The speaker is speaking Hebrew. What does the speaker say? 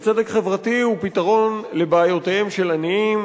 צדק חברתי הוא פתרון בעיותיהם של עניים,